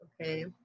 Okay